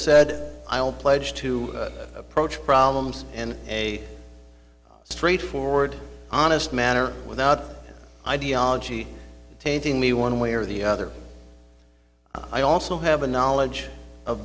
i'll pledge to approach problems in a straightforward honest manner without ideology tainting me one way or the other i also have a knowledge of